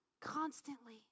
constantly